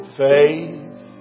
faith